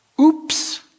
Oops